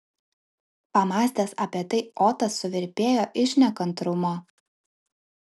pamąstęs apie tai otas suvirpėjo iš nekantrumo